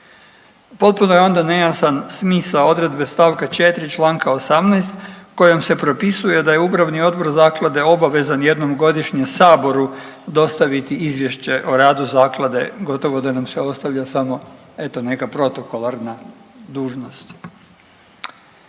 Potpuno je onda nejasan smisao odredbe stavka 4. članka 18. kojom se propisuje da je Upravni odbor zaklade obavezan jednom godišnje Saboru dostaviti izvješće o radu zaklade gotovo da nam se ostavlja samo eto neka protokolarna dužnost.